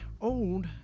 old